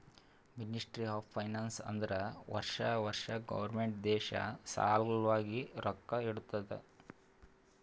ministry of finance ಅಂದುರ್ ವರ್ಷಾ ವರ್ಷಾ ಗೌರ್ಮೆಂಟ್ ದೇಶ ಸಲ್ವಾಗಿ ರೊಕ್ಕಾ ಇಡ್ತುದ